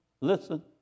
Listen